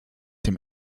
dem